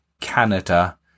Canada